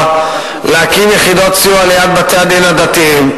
להקים יחידות סיוע ליד בתי-הדין הדתיים,